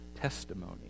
Testimony